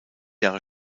jahre